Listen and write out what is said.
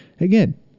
again